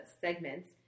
segments